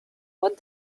what